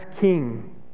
king